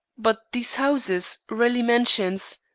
but these houses, raleigh mansions.